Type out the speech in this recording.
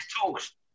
talks